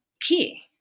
key